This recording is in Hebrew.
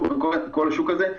כל השוק הזה,